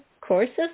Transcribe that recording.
courses